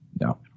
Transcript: No